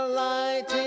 light